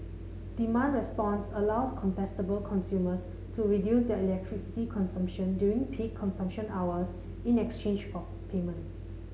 demand response allows contestable consumers to reduce their electricity consumption during peak consumption hours in exchange for payment